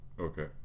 Okay